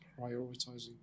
prioritizing